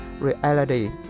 reality